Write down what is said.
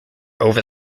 over